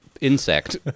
insect